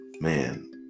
man